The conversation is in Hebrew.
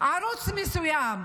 ערוץ מסוים,